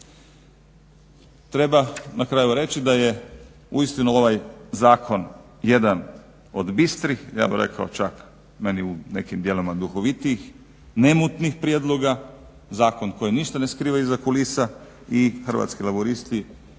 Treba na kraju reći da je uistinu ovaj zakon jedan od bistrih, ja bih rekao čak meni u nekim dijelovima od duhovitijih, nemutnih prijedloga, zakon koji ništa ne skriva iza kulisa i Hrvatski laburisti